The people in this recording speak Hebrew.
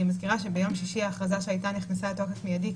אני מזכירה שההכרזה שהייתה ביום שישי נכנסה לתוקף מיידי,